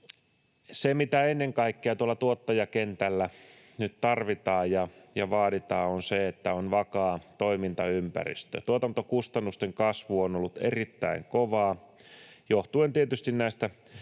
se, mitä ennen kaikkea tuottajakentällä nyt tarvitaan ja vaaditaan, on se, että on vakaa toimintaympäristö. Tuotantokustannusten kasvu on ollut erittäin kovaa johtuen tietysti näistä kriiseistä,